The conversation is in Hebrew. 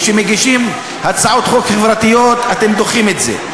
כשמגישים הצעות חוק חברתיות, אתם דוחים את זה.